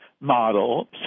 model